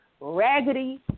raggedy